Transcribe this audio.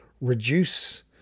reduce